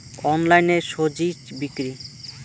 অনলাইনে স্বজি বিক্রি?